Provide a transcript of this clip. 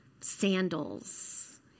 sandals